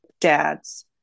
dads